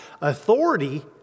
authority